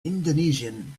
indonesian